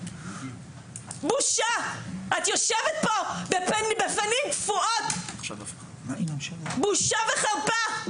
בושה, את יושבת פה בפנים קפואות בושה וחרפה.